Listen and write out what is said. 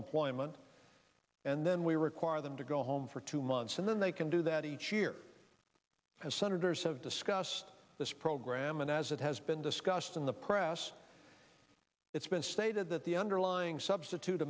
employment and then we require them to go home for two months and then they can do that each year as senators have discussed this program and as it has been discussed in the press it's been stated that the underlying substitute